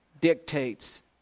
dictates